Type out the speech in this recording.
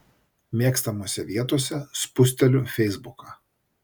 mėgstamose vietose spusteliu feisbuką